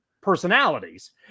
personalities